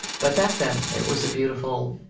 but back then, it was a beautiful,